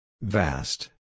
Vast